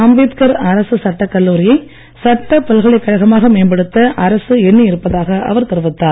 அம்பேத்கார் அரசு சட்டக் கல்லூரியை சட்டப் பல்கலைக் கழகமாக மேம்படுத்த அரசு எண்ணியிருப்பதாக அவர் தெரிவித்தார்